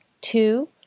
two